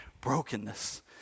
brokenness